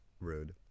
Rude